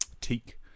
teak